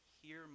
hear